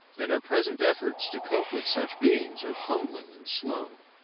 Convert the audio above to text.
and our present efforts to cope with such beings are fumbling and slow.